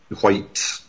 white